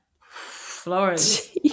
Florence